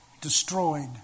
destroyed